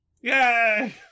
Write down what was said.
Yay